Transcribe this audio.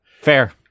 Fair